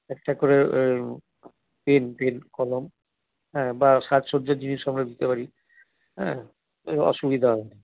একটা করে pen pen কলম হ্যাঁ বা সাজ সজ্জার জিনিসও আমরা দিতে পারি হ্যাঁ কোনো অসুবিধা হবে না